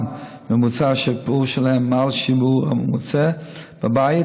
ממוצע השיפור שלהן מעל השיעור הממוצע בבית,